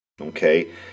okay